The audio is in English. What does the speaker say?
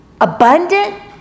abundant